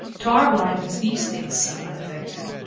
to our blindness, these things seem unaffecting.